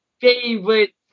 favorite